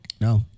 No